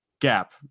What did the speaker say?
gap